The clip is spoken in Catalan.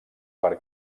per